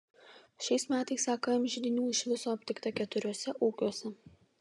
šiais metais akm židinių iš viso aptikta keturiuose ūkiuose